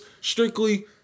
strictly